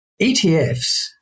ETFs